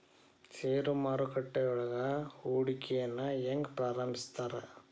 ಷೇರು ಮಾರುಕಟ್ಟೆಯೊಳಗ ಹೂಡಿಕೆನ ಹೆಂಗ ಪ್ರಾರಂಭಿಸ್ತಾರ